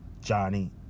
Johnny